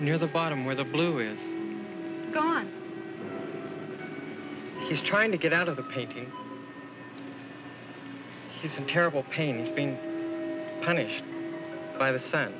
near the bottom where the blue is gone he's trying to get out of the painting he's in terrible pain being punished by the son